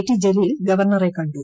T Jaleel ഗവർണറെ കണ്ടു